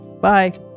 Bye